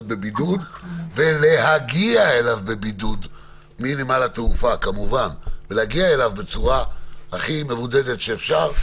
בו בבידוד ושהם יכולים להגיע אליו מנמל התעופה בצורה הכי מבודדת שאפשר,